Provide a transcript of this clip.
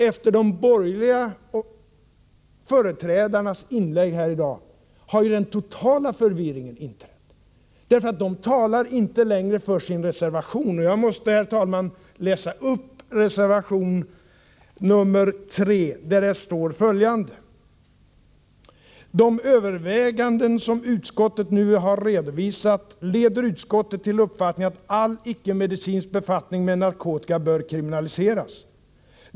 Efter de borgerliga företrädarnas inlägg i dag har den totala förvirringen inträtt — de talar inte längre för sin reservation. Jag måste därför, herr talman, läsa upp vad som sägs i reservation 3: ”De överväganden som utskottet nu har redovisat leder utskottet till uppfattningen att all icke-medicinsk befattning med narkotika bör kriminaliseras.